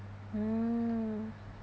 mm